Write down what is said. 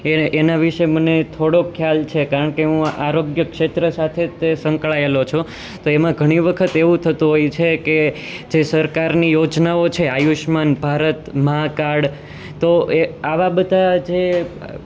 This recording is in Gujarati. એના વિશે મને થોડોક ખ્યાલ છે કારણ કે હું આરોગ્ય ક્ષેત્ર સાથે જ તે સંકળાયેલો છું તો એમાં ઘણી વખત એવું થતું હોય છે કે જે સરકારની યોજનાઓ છે આયુષ્માન ભારત મા કાર્ડ તો એ આવા બધા જે